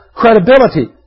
credibility